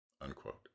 unquote